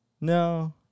no